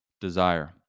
desire